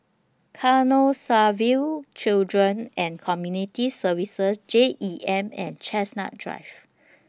Canossaville Children and Community Services J E M and Chestnut Drive